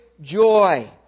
joy